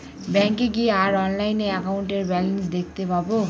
ব্যাঙ্কে গিয়ে আর অনলাইনে একাউন্টের ব্যালান্স দেখতে পাবো